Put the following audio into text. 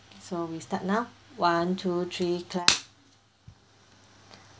so we start now one two three clap